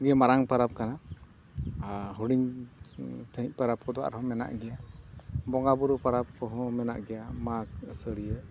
ᱡᱮ ᱢᱟᱨᱟᱝ ᱯᱚᱨᱚᱵᱽ ᱠᱟᱱᱟ ᱟᱨ ᱦᱩᱰᱤᱧ ᱯᱚᱨᱚᱵᱽ ᱠᱚᱫᱚ ᱟᱨᱦᱚᱸ ᱢᱮᱱᱟᱜ ᱜᱮᱭᱟ ᱵᱚᱸᱜᱟᱼᱵᱩᱨᱩ ᱯᱚᱨᱚᱵᱽ ᱠᱚᱦᱚᱸ ᱢᱮᱱᱟᱜ ᱜᱮᱭᱟ ᱢᱟᱜᱽ ᱟᱹᱥᱟᱹᱲᱤᱭᱟᱹ